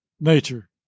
nature